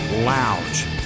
lounge